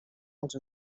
als